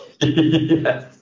Yes